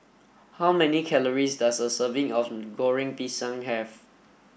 how many calories does a serving of Goreng Pisang have